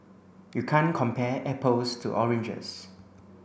you can't compare apples to oranges